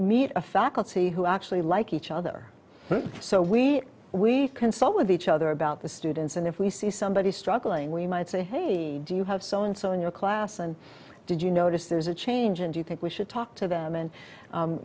meet a faculty who actually like each other so we we consult with each other about the students and if we see somebody struggling we might say hey do you have so and so in your class and did you notice there's a change and you think we should talk to them and